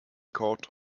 court